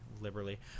liberally